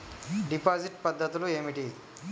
Deposit పద్ధతులు ఏమిటి?